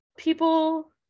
People